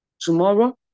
tomorrow